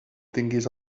tinguis